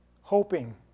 hoping